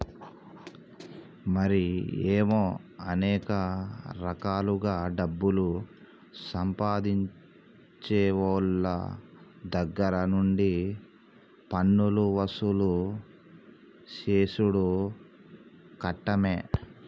మరి ఏమో అనేక రకాలుగా డబ్బులు సంపాదించేవోళ్ళ దగ్గర నుండి పన్నులు వసూలు సేసుడు కట్టమే